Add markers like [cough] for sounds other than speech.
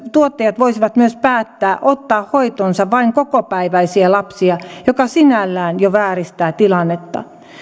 [unintelligible] tuottajat voisivat myös päättää ottaa hoitoonsa vain kokopäiväisiä lapsia mikä sinällään jo vääristää tilannetta